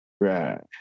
Right